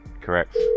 Correct